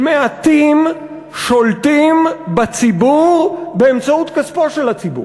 שמעטים שולטים בציבור באמצעות כספו של הציבור.